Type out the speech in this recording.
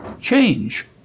change